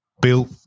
built